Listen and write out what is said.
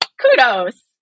kudos